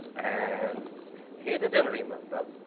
and he didn't remember,